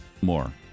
more